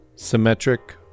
symmetric